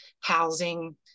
housing